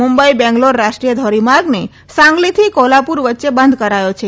મુંબઈ બેંગ્લોર રાષ્ટ્રીય ધોરીમાર્ગને સાંગલીથી કોલ્હાપુર વચ્ચે બંધ કરાયો છે